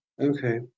Okay